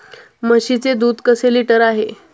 म्हशीचे दूध कसे लिटर आहे?